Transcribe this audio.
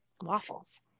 Waffles